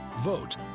Vote